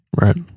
Right